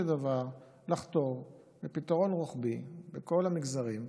דבר לחתור לפתרון רוחבי בכל המגזרים,